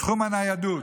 בתחום הניידות,